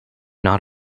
not